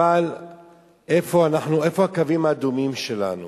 אבל איפה הקווים האדומים שלנו